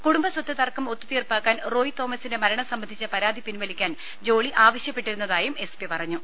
കുടുംബ സ്വത്ത് തർക്കം ഒത്ത് തീർപ്പാക്കാൻ റോയ് തോമസിന്റെ സംബന്ധിച്ച പരാതി പിൻവലിക്കാൻ മരണം ജോളി ആവശ്യപ്പെട്ടിരുന്നതായും എസ് പി പറഞ്ഞു